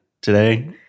Today